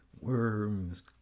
worms